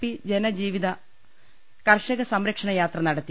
P ജനജീവിത കർഷക സംരക്ഷണ യാത്ര നടത്തി